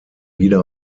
wieder